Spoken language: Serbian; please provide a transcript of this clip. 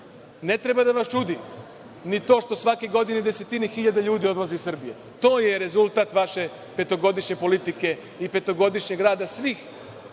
treba da vas čudi ni to što svake godine desetine hiljada ljudi odlazi iz Srbije. To je rezultat vaše petogodišnje politike i petogodišnjeg rada svih